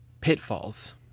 pitfalls